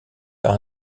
par